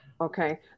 Okay